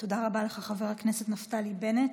תודה רבה לך, חבר הכנסת נפתלי בנט.